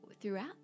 throughout